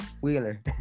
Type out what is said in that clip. Wheeler